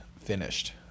finished